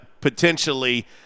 potentially